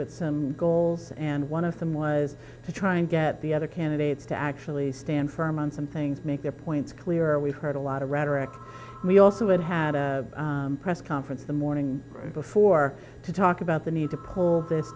with some goals and one of them was to try and get the other candidates to actually stand firm on some things make their points clearer we heard a lot of rhetoric we also had had a press conference the morning before to talk about the need to pull this